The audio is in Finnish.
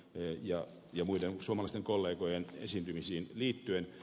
karhun ja muiden suomalaisten kollegojen esiintymisiin liittyen